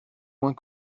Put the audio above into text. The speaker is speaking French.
moins